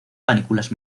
panículas